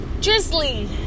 drizzly